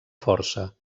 força